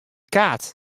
kaart